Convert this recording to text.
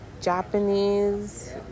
Japanese